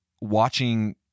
watching